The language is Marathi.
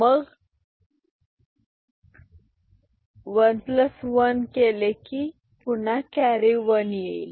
मग कॅरी 110 केले की पुन्हा कॅरी 1 आला